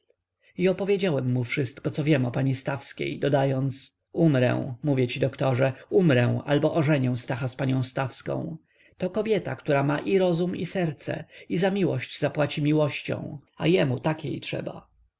i opowiedziałem mu wszystko co wiem o pani stawskiej dodając umrę mówię ci doktorze umrę albo ożenię stacha z panią stawską to kobieta która ma i rozum i serce i za miłość zapłaci miłością a jemu takiej trzeba